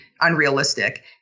unrealistic